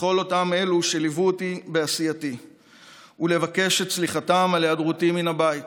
לכל אותם אלו שליוו אותי בעשייתי ולבקש את סליחתם על היעדרותי מן הבית: